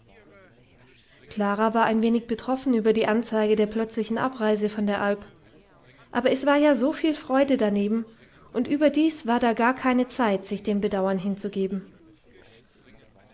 klara war ein wenig betroffen über die anzeige der plötzlichen abreise von der alp aber es war ja so viel freude daneben und überdies war da gar keine zeit sich dem bedauern hinzugeben